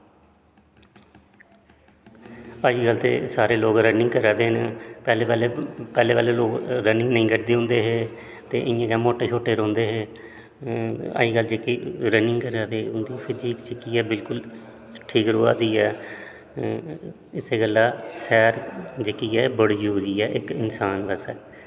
अज्जकल ते सारे लोक रनिंग करा दे न पैह्लें पैह्लें पैह्लें पैह्लें लोक रनिंग नेईं करदे होंदे हे ते इयां थोह्ड़े मोटे छोटे रौंह्दे हे अज्जकल जेहकी रनिंग करा दे उन्दी फजीक जेहकी ऐ बिलकुल ठीक रवा दी ऐ इस गल्ला सैर जेह्की ऐ बड़ी जरूरी ऐ इक इंसान बास्तै